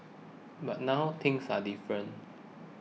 but now things are different